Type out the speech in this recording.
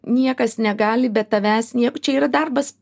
niekas negali be tavęs nieko čia yra darbas